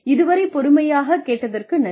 இதுவரை பொறுமையாக நன்றி